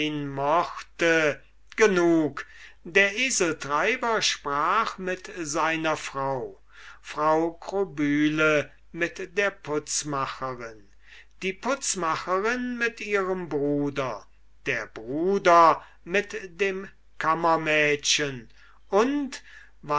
genug der eseltreiber sprach mit seiner frau frau krobyle mit der putzmacherin die putzmacherin mit ihrem bruder der bruder mit dem aufwartmädchen und